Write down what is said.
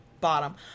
bottom